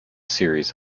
series